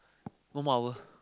one more hour